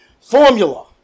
Formula